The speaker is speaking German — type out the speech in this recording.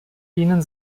ihnen